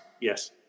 Yes